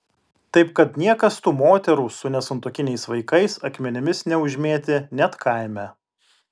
taip kad niekas tų moterų su nesantuokiniais vaikais akmenimis neužmėtė net kaime